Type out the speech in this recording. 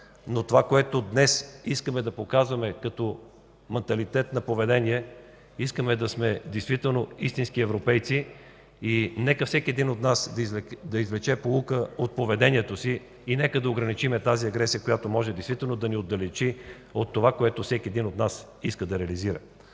но това, което искаме да показваме днес като манталитет на поведение, е да бъдем действително истински европейци и нека всеки един от нас да извлече поука от поведението си, да ограничим тази агресия, която може да ни отдалечи от това, което всеки един от нас иска да реализира.